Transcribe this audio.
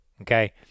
Okay